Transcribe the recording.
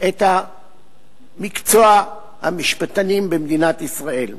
את מקצוע המשפטנים במדינת ישראל.